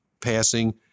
passing